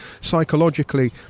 psychologically